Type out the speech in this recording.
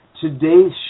today's